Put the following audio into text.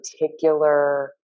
particular